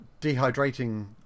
dehydrating